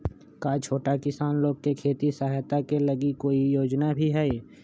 का छोटा किसान लोग के खेती सहायता के लगी कोई योजना भी हई?